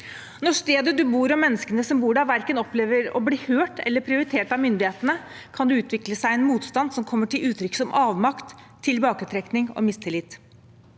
Når stedet du bor, og menneskene som bor der, opplever verken å bli hørt eller prioritert av myndighetene, kan det utvikle seg en motstand som kommer til uttrykk som avmakt, tilbaketrekning og mistillit.